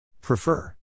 Prefer